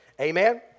Amen